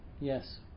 Yes